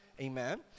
amen